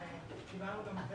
דיברנו ויכול להיות